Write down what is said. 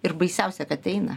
ir baisiausia kad eina